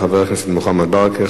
תודה רבה לחבר הכנסת מוחמד ברכה.